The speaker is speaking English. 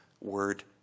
word